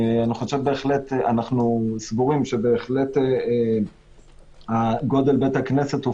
אנחנו סבורים שבהחלט גודל בית הכנסת הוא